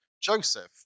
Joseph